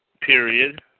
Period